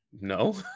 no